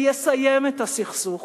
שיסיים את הסכסוך